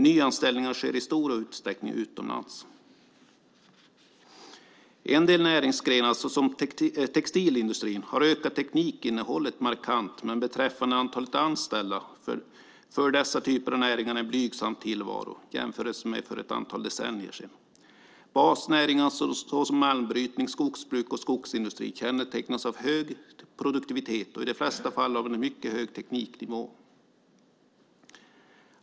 Nyanställningar sker i stor utsträckning utomlands. En del näringsgrenar, såsom textilindustrin, har ökat teknikinnehållet markant, men beträffande antalet anställda för dessa typer av näringar en blygsam tillvaro jämfört med hur det var för ett antal decennier sedan. Basnäringar som malmbrytning, skogsbruk och skogsindustri kännetecknas av hög produktivitet och i de flesta fall av en mycket hög tekniknivå.